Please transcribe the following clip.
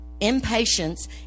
impatience